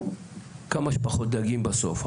כמה שפחות דגים בסוף,